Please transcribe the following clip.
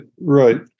Right